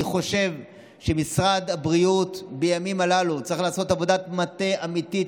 אני חושב שמשרד הבריאות בימים הללו צריך לעשות עבודת מטה אמיתית,